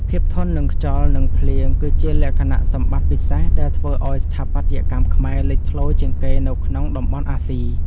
ភាពធន់នឹងខ្យល់ និង ភ្លៀងគឺជាលក្ខណៈសម្បត្តិពិសេសដែលធ្វើឱ្យស្ថាបត្យកម្មខ្មែរលេចធ្លោជាងគេនៅក្នុងតំបន់អាស៊ី។